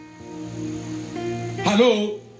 Hello